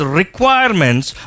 requirements